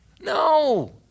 No